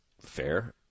fair